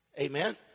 Amen